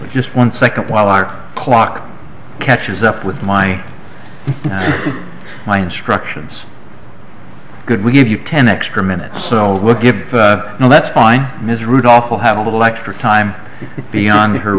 reno just one second while our clock catches up with my mind structures good we give you ten extra minutes so we'll give no that's fine ms rudolph will have a little extra time beyond her